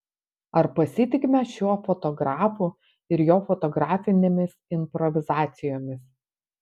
ar pasitikime šiuo fotografu ir jo fotografinėmis improvizacijomis